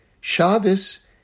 Shabbos